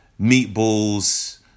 meatballs